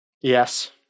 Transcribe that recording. yes